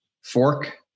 fork